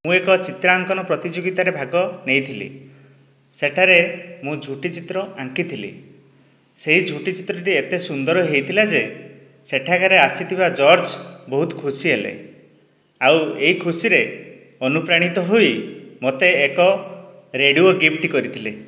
ମୁଁ ଏକ ଚିତ୍ରାଙ୍କନ ପ୍ରତିଯୋଗିତାରେ ଭାଗ ନେଇଥିଲି ସେଠାରେ ମୁଁ ଝୋଟି ଚିତ୍ର ଆଙ୍କିଥିଲି ସେହି ଝୋଟି ଚିତ୍ରଟି ଏତେ ସୁନ୍ଦର ହୋଇଥିଲା ଯେ ସେଠାକାର ଆସିଥିବା ଜଜ୍ ବହୁତ ଖୁସି ହେଲେ ଆଉ ଏଇ ଖୁସିରେ ଅନୁପ୍ରାଣିତ ହୋଇ ମୋତେ ଏକ ରେଡ଼ିଓ ଗିଫ୍ଟ କରିଥିଲେ